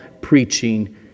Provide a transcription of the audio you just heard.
preaching